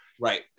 Right